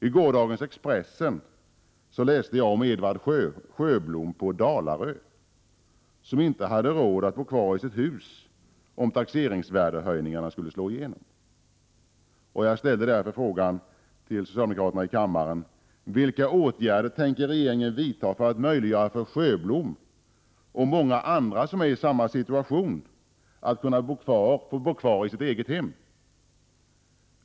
I gårdagens Expressen läste jag om Edward Sjöblom på Dalarö, som inte kommer att ha råd att bo kvar i sitt hus om taxeringsvärdehöjningarna slår igenom. Jag ställer därför frågan till socialdemokraterna: Vilka åtgärder tänker regeringen vidta för att möjliggöra för Sjöblom och andra i samma situation att bo kvar i sina hem?